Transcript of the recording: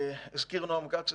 והערה אחרונה,